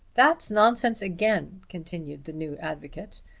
that's nonsense again, continued the new advocate,